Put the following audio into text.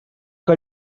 que